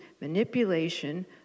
manipulation